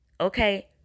Okay